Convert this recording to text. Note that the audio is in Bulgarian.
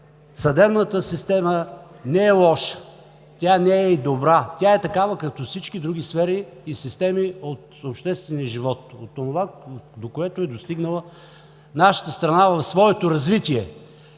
Съдебната система не е лоша, тя не е и добра, тя е такава като всички други сфери и системи от обществения живот, от онова, до което е достигнала нашата страна в своето развитие.